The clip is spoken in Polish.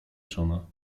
czona